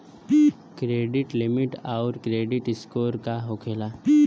Credit limit आउर credit score का होखेला?